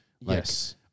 Yes